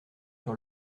sur